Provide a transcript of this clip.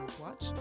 watch